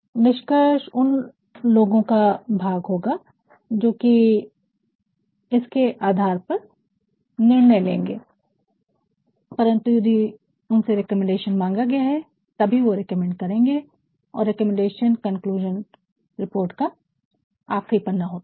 निष्कर्ष उन लोगों का भाग होगा जोकि इसके आधार पर निर्णय लेंगे परंतु यदि उनसे रिकमेंडेशन मांगा गया है तभी वह रिकमेंड करेंगे और रिकमेंडेशन कंक्लुजन रिपोर्ट का आख़िरी पन्ना होता है